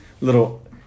Little